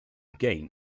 gain